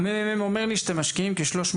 מרכז המחקר והמידע אומר לי שאתם משקיעים כ-362